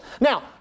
Now